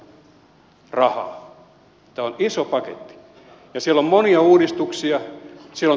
tämä on iso paketti ja siellä on monia uudistuksia